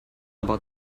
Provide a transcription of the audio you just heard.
about